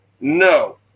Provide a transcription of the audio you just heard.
no